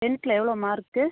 டென்த்தில் எவ்வளோ மார்க்கு